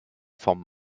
vom